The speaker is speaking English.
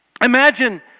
Imagine